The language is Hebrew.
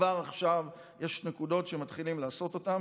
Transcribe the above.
כבר עכשיו יש נקודות שמתחילים לעשות אותן.